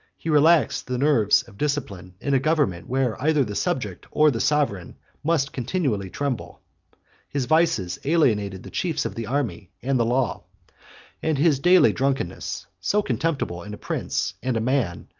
he relaxed the nerves of discipline, in a government where either the subject or the sovereign must continually tremble his vices alienated the chiefs of the army and the law and his daily drunkenness, so contemptible in a prince and a man,